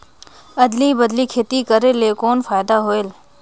अदली बदली खेती करेले कौन फायदा होयल?